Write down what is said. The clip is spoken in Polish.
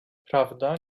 prawda